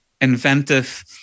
inventive